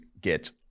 get